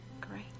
great